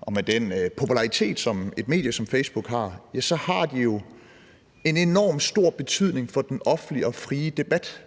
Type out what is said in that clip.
og med den popularitet, som et medie som Facebook har, så er det alligevel komplekst og en relevant debat,